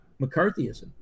McCarthyism